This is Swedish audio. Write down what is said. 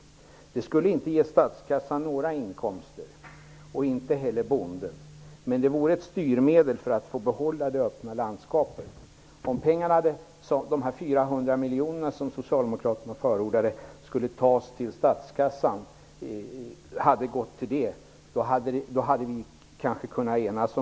Det här skulle inte ge vare sig statskassan eller bonden inkomster, men det skulle vara ett styrmedel när det gäller att behålla det öppna landskapet. Om de 400 miljoner som Socialdemokraterna förordat hade gått till statskassan skulle vi kanske ha kunnat enas.